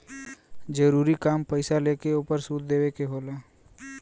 जरूरी काम पईसा लेके ओपर सूद देवे के होला